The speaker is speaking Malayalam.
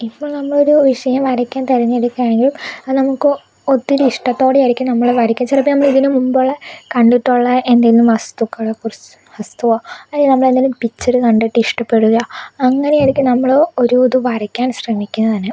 ഇപ്പോൽ നമ്മളൊരു വിഷയം വരയ്ക്കാൻ തിരഞ്ഞെടുക്കുകയാണെങ്കിൽ അത് നമുക്ക് ഒത്തിരി ഇഷ്ടത്തോടെ ആയിരിക്കും നമ്മൾ വരക്കുക ചിലപ്പോൾ ഇതിന് മുൻപുള്ള കണ്ടിട്ടുള്ള എന്തെങ്കിലും വസ്തുക്കളെ കുറിച്ച് വസ്തുവോ അല്ലെങ്കിൽ നമ്മൾ എന്തെങ്കിലും പിക്ചർ കണ്ടിട്ട് ഇഷ്ടപ്പെടുകയോ അങ്ങനെയായിരിക്കും നമ്മൾ ഒരു ഇത് വരക്കാൻ ശ്രമിക്കുന്നതു തന്നെ